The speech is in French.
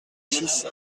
six